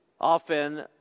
Often